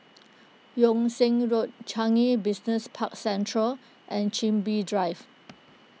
Yung Sheng Road Changi Business Park Central and Chin Bee Drive